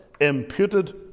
Imputed